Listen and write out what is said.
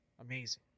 amazing